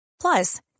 Plus